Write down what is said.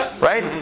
Right